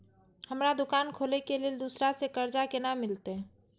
हमरा दुकान खोले के लेल दूसरा से कर्जा केना मिलते?